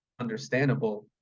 understandable